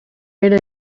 era